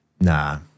Nah